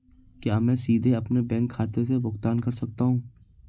क्या मैं सीधे अपने बैंक खाते से भुगतान कर सकता हूं?